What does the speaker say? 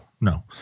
No